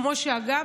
כמו שאגב,